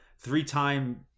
three-time